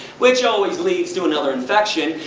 which always leads to another infection.